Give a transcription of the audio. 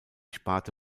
sparte